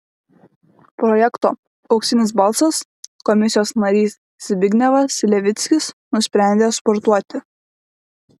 projekto auksinis balsas komisijos narys zbignevas levickis nusprendė sportuoti